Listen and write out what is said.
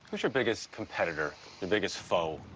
who's your biggest competitor, your biggest foe,